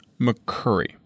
McCurry